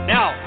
Now